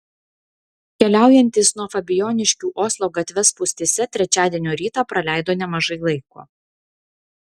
keliaujantys nuo fabijoniškių oslo gatve spūstyse trečiadienio rytą praleido nemažai laiko